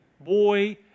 boy